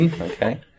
Okay